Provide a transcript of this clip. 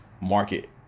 market